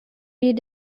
die